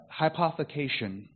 hypothecation